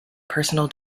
personal